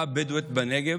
הכלכלי,